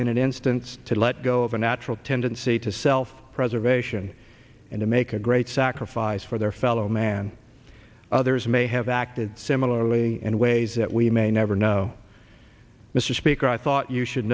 in an instance to let go of a natural tendency to self preservation and to make a great sacrifice for their fellow man others may have acted similarly in ways that we may never know mr speaker i thought you should